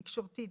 תקשורתית,